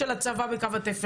של הצבא בקו התפר.